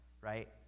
right